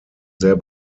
sehr